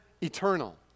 eternal